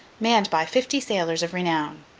manned by fifty sailors of renown.